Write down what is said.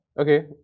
Okay